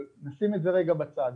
אבל נשים את זה רגע בצד.